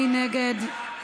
מי נגד?